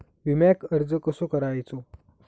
विम्याक अर्ज कसो करायचो?